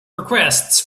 requests